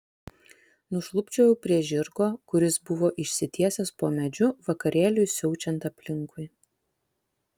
nušlubčiojau prie žirgo kuris buvo išsitiesęs po medžiu vakarėliui siaučiant aplinkui